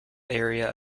area